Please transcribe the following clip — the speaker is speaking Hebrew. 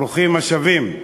ברוכים השבים.